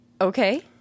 Okay